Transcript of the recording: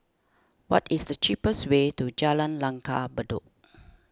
what is the cheapest way to Jalan Langgar Bedok